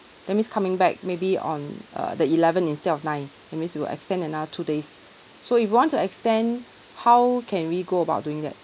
that means coming back maybe on uh the eleven instead of nine that means we will extend another two days so if we want to extend how can we go about doing that